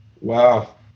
wow